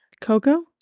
Coco